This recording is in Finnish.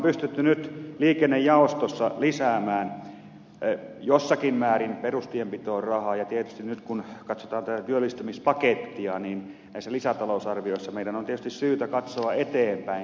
olemme pystyneet liikennejaostossa lisäämään jossakin määrin perustienpitoon rahaa ja tietysti kun nyt katsotaan tätä työllistämispakettia niin näissä lisätalousarvioissa meidän on tietysti syytä katsoa eteenpäin